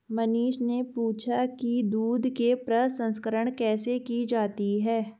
मनीष ने पूछा कि दूध के प्रसंस्करण कैसे की जाती है?